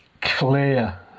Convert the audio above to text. clear